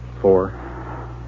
Four